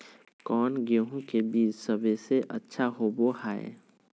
कौन गेंहू के बीज सबेसे अच्छा होबो हाय?